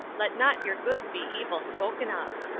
let not your good be evil spoken of.